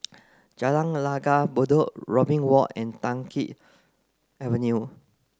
Jalan Langgar Bedok Robin Walk and Tai Keng Avenue